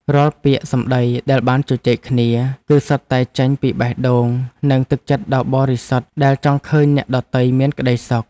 រាល់ពាក្យសម្ដីដែលបានជជែកគ្នា គឺសុទ្ធតែចេញពីបេះដូងនិងទឹកចិត្តដ៏បរិសុទ្ធដែលចង់ឃើញអ្នកដទៃមានក្ដីសុខ។